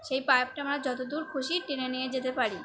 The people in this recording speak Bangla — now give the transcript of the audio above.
সেই পাইপটা আমরা যতদূর খুশি টেনে নিয়ে যেতে পারি